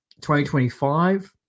2025